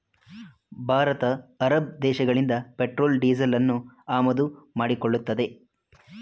Bharat Arab ದೇಶಗಳಿಂದ petrol ಡೀಸೆಲನ್ನು ಆಮದು ಮಾಡಿಕೊಳ್ಳುತ್ತದೆ